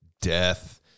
death